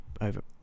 over